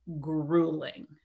grueling